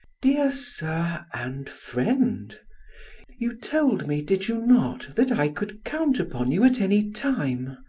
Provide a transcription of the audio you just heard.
dear sir and friend you told me, did you not, that i could count upon you at any time?